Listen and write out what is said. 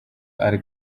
ari